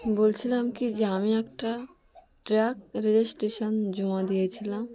বলছিলাম কি যে আমি একটা ট্র্যাক রেজিস্ট্রেশন জমা দিয়েছিলাম